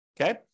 Okay